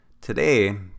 Today